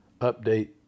update